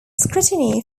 scrutiny